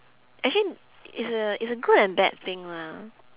actually it's a it's a good and bad thing lah